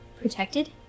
protected